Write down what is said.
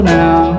now